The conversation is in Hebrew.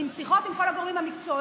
בשיחות עם כל הגורמים המקצועיים,